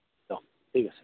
দিয়ক ঠিক আছে